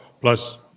plus